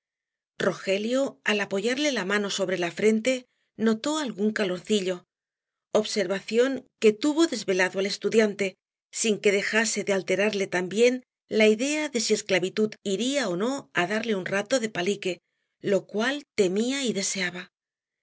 rogelio al apoyarle la mano sobre la frente notó algún calorcillo observación que tuvo desvelado al estudiante sin que dejase de alterarle también la idea de si esclavitud iría ó no á darle un rato de palique lo cual temía y deseaba